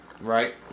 Right